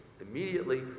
immediately